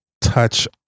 touch